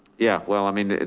yeah. well, i mean,